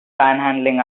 panhandling